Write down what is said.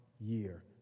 year